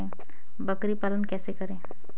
बकरी पालन कैसे करें?